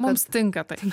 mums tinka tai